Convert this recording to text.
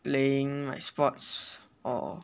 playing like sports or